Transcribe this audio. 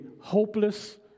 hopeless